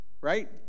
right